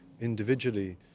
individually